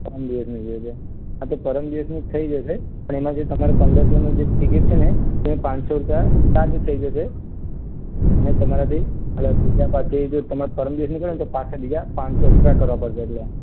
પરમ દિવસની જોઈએ છે હા તો પરમ દિવસની થઈ જશે પણ એમાં જે તમારે પંદરસોની જે ટિકિટ છે ને એમાં પાંચસો રૂપિયા ચાર્જ થઈ જશે અને તમારા જે ઓલા બીજા પાછળ જે તમારે પરમ દિવસની કરવી હોય ને તો પાછળ બીજા પાંચસો એકસ્ટ્રા કરવા પડશે એટલે